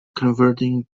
converting